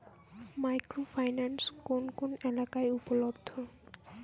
Micro finance কোন কোন এলাকায় উপলব্ধ?